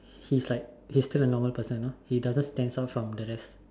he's like he is still a normal person know he doesn't stand out from the rest